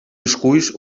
esculls